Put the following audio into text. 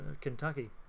Kentucky